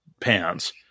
pants